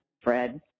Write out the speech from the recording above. Fred